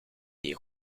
die